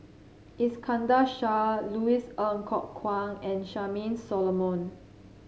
Iskandar Shah Louis Ng Kok Kwang and Charmaine Solomon